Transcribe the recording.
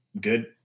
good